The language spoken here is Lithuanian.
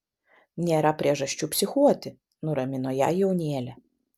nėra priežasčių psichuoti nuramino ją jaunėlė